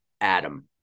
Adam